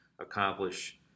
accomplish